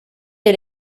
del